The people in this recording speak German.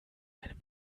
einem